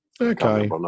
Okay